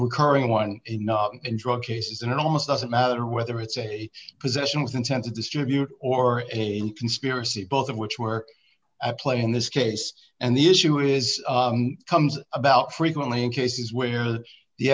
recurring one and drug cases and it almost doesn't matter whether it's a possession with intent to distribute or a conspiracy both of which were at play in this case and the issue is comes about frequently in cases where the